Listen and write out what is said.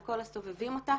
על כל הסובבים אותה,